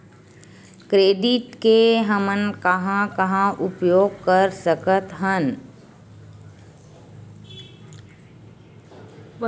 Credit के हमन कहां कहा उपयोग कर सकत हन?